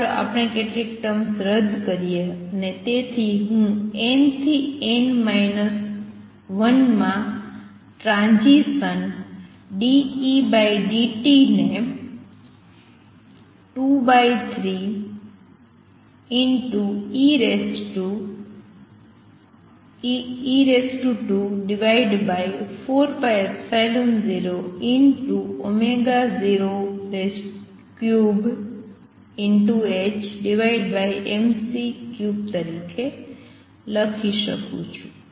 ચાલો કેટલીક ટર્મ્સ રદ કરીએ અને તેથી હું n થી n 1 માં ટ્રાંઝીસન dEdt ને 23e24π003mc3 લખી શકું છુ